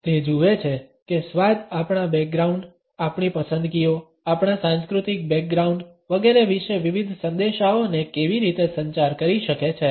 તે જુએ છે કે સ્વાદ આપણા બેગ્રાઉંડ આપણી પસંદગીઓ આપણા સાંસ્કૃતિક બેગ્રાઉંડ વગેરે વિશે વિવિધ સંદેશાઓને કેવી રીતે સંચાર કરી શકે છે